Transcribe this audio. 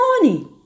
money